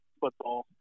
football